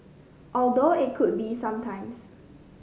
although it could be some times